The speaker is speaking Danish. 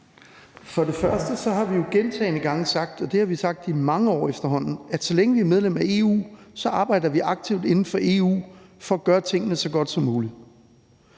For det første har vi jo gentagne gange sagt, og det har vi sagt i mange år efterhånden, at så længe vi er medlem af EU, arbejder vi aktivt inden for EU for at gøre tingene så godt som muligt.